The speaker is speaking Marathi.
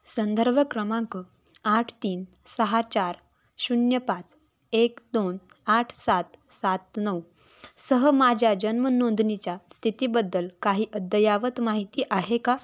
संदर्भ क्रमांक आठ तीन सहा चार शून्य पाच एक दोन आठ सात सात नऊ सह माझ्या जन्म नोंदणीच्या स्थितीबद्दल काही अद्यायवत माहिती आहे का